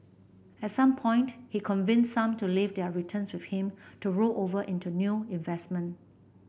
at some point he convinced some to leave their returns with him to roll over into new investment